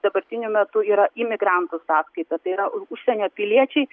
dabartiniu metu yra imigrantų sąskaita tai yra užsienio piliečiai